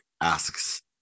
asks